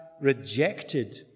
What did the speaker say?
rejected